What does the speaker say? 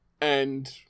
and-